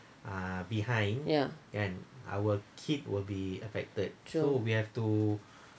ya true